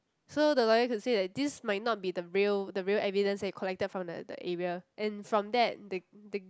so the lawyer could say that this might not be the real the real evidence that he collected from the the area and from that the the